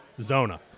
Zona